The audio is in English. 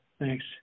Thanks